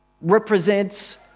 represents